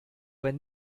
wenn